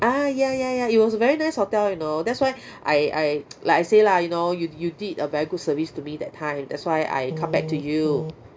ah ya ya ya it was a very nice hotel you know that's why I I like I say lah you know you you did a very good service to me that time that's why I come back to you